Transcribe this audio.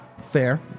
fair